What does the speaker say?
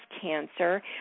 cancer